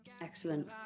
excellent